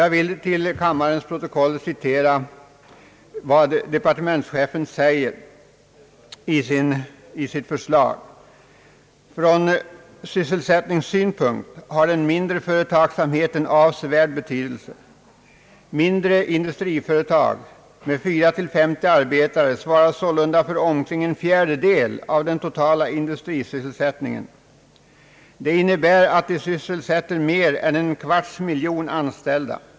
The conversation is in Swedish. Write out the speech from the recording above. Jag vill till kammarens protokoll citera vad departementschefen säger i sitt förslag: »Från sysselsättningssynpunkt har den mindre företagsamheten avsevärd betydelse. Mindre industriföretag — med 4—50 arbetare — svarar sålunda för omkring en fjärdedel av den totala industrisysselsättningen. Det innebär att de sysselsätter mer än 1/4 milj. anställda.